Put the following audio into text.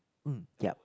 mm ya